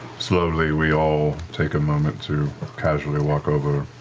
slowly we all take a moment to casually walk over